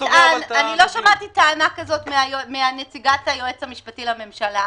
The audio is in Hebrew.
לא שמעתי טענה כזו מנציגת היועץ המשפטי לממשלה,